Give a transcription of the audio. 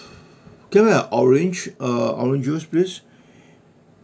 can I have orange uh orange juice please